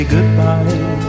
Goodbye